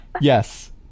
yes